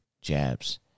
Jabs